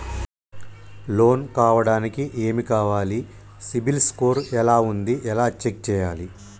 Loan కావడానికి ఏమి కావాలి సిబిల్ స్కోర్ ఎలా ఉంది ఎలా చెక్ చేయాలి?